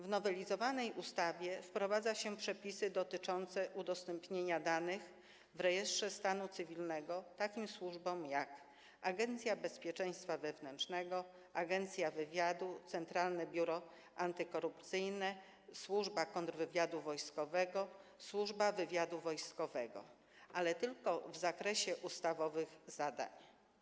W nowelizowanej ustawie wprowadza się przepisy dotyczące udostępniania danych w rejestrze stanu cywilnego takim służbom jak Agencja Bezpieczeństwa Wewnętrznego, Agencja Wywiadu, Centralne Biuro Antykorupcyjne, Służba Kontrwywiadu Wojskowego, Służba Wywiadu Wojskowego, ale tylko w zakresie ustawowych zadań.